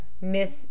Miss